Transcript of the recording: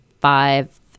five –